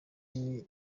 idini